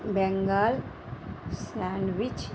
Bengal sandwich